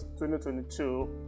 2022